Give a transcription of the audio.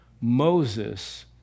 Moses